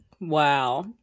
wow